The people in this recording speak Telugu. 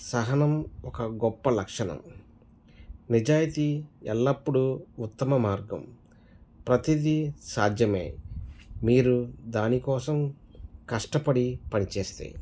సహనం ఒక గొప్ప లక్షణం నిజాయితీ ఎల్లప్పుడు ఉత్తమ మార్గం ప్రతిది సాధ్యం మీరు దానికోసం కష్టపడి పని చేస్తే